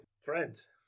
Friends